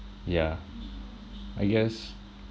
yeah I guess